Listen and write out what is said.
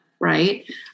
right